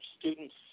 students